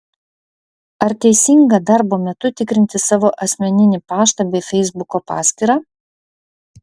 ar teisinga darbo metu tikrinti savo asmeninį paštą bei feisbuko paskyrą